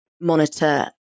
monitor